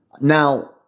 Now